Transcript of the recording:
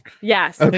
Yes